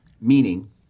Meaning